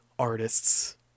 artists